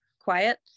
quiet